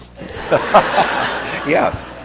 Yes